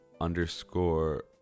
underscore